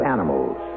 Animals